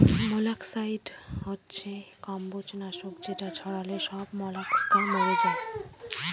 molluscicide হচ্ছে কম্বজ নাশক যেটা ছড়ালে সব মলাস্কা মরে যায়